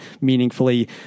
meaningfully